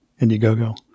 indiegogo